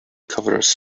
covers